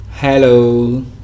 Hello